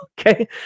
Okay